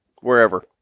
Wherever